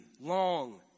long